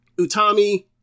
Utami